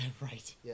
Right